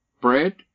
bread